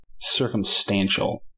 circumstantial